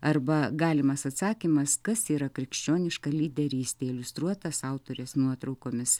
arba galimas atsakymas kas yra krikščioniška lyderystė iliustruotas autorės nuotraukomis